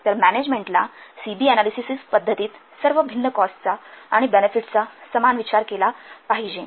तर मॅनेजमेंटला C B analysis पद्धतीत सर्व भिन्न कॉस्टचा आणि बेनेफिट्स चा समान विचार केला पाहिजे